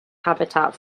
habitat